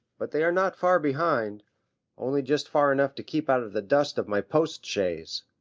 but they are not far behind only just far enough to keep out of the dust of my post chaise.